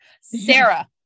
sarah